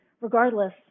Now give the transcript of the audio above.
regardless